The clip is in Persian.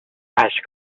اشک